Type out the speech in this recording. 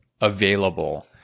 available